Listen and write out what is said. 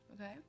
okay